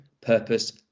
purpose